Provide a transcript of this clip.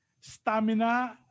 stamina